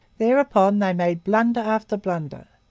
thereupon they made blunder after blunder.